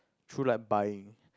through like buying